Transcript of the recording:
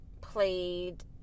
played